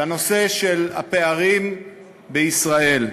בנושא של הפערים בישראל.